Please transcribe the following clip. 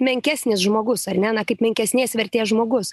menkesnis žmogus ar ne na kaip menkesnės vertės žmogus